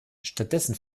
stattdessen